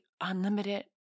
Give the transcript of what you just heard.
unlimited